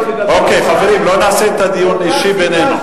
אוקיי, חברים, לא נעשה את הדיון אישי בינינו.